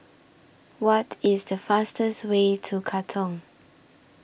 What IS The fastest Way to Katong